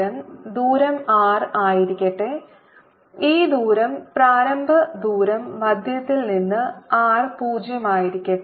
ദൂരം R ആയിരിക്കട്ടെ ഈ ദൂരം പ്രാരംഭ ദൂരം മധ്യത്തിൽ നിന്ന് r 0 ആയിരിക്കട്ടെ